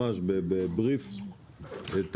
אני בכל זאת רוצה ממש בבריף להזכיר את